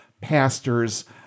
pastors